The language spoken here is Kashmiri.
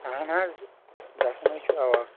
اَہن حظ گژھُن حظ چھُ اَوا